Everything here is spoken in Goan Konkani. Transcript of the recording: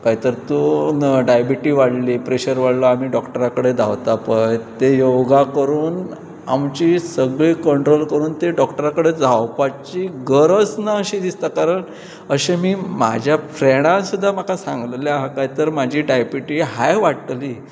काय तर तूं डायबिटी वाडली प्रेशर वाडलो आमी डॉक्टरा कडेन धांवता पळय ते योगा करून आमची सगळी कंट्रोल करून ती डॉक्टरा कडेन धांवपाची गरज ना अशी दिसता कारण अशें मी म्हाज्या फ्रेंडान सुद्दां म्हाका सांगलेले आसा काय तर म्हजी डायबिटी हाय वाडटली